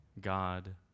God